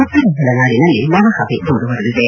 ಉತ್ತರ ಒಳನಾಡಿನಲ್ಲಿ ಒಣ ಹವೆ ಮುಂದುವರಿದಿದೆ